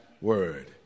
word